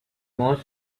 more